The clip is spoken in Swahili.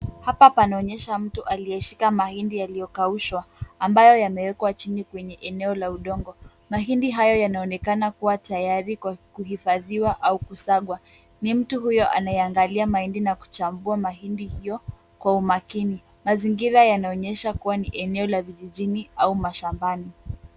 Hapa panaonyesha mtu aliyeshika mahindi ya kukaushwa ambayo yamewekwa chini kwenye eneo la udongo. Mahindi hayo yanaonekana kuwa tayari kwa kuhifadhiwa au kusagwa. Ni mtu huyo anayangalia mahindi na kuchambua mahindi hayo kwa umakini. Mazingira yanaonyesha kuwa ni eneo la vijijini au mashambani.